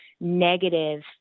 negative